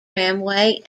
tramway